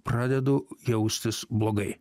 pradedu jaustis blogai